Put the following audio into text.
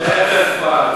מחר בערב כבר.